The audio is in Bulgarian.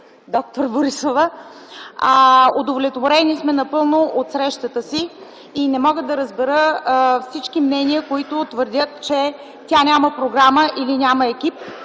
с д-р Борисова. Удовлетворени сме напълно от срещата си. Не мога да разбера всички мнения, които твърдят, че тя няма програма или няма екип.